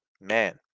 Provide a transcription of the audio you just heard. Man